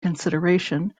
consideration